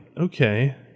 okay